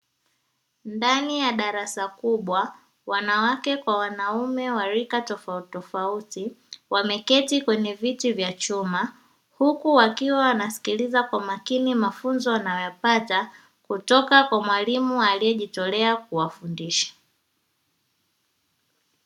Ndani ya darasa kubwa wanawake kwa wanaume wa rika tofauti tofauti wameketi kwenye viti vya chuma huku wakiwa wanasikiliza kwa makini mafunzo wanayoyapata kutoka kwa mwalimu aliyejitolea kuwafundisha.